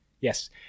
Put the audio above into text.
yes